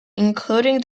including